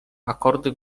akordy